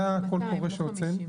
זה הקול קורא שהוצאנו.